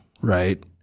right